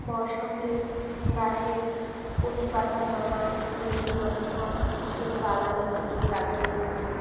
বসন্তে গাছে কচি পাতা জন্মায় দেখে মনে হয় শুধু বাগানের দিকেই তাকিয়ে থাকি